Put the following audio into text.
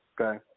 Okay